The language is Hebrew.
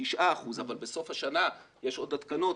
תשעה אחוזים אבל בסוף השנה יש עוד התקנות,